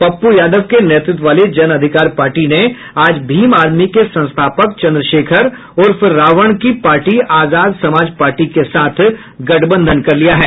पप्पू यादव के नेतृत्व वाली जन अधिकार पार्टी ने आज भीम आर्मी के संस्थापक चंद्रशेखर उर्फ रावण की पार्टी आजाद समाज पार्टी के साथ गठबंधन कर लिया है